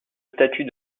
statut